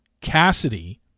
Cassidy